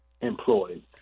employed